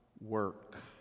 work